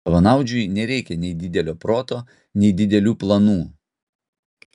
savanaudžiui nereikia nei didelio proto nei didelių planų